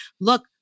look